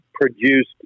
produced